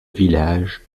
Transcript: village